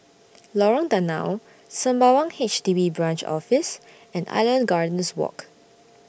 Lorong Danau Sembawang H D B Branch Office and Island Gardens Walk